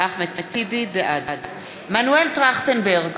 מנואל טרכטנברג,